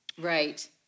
Right